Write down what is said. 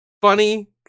funny